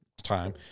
time